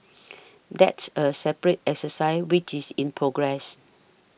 that's a separate exercise which is in progress